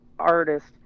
artist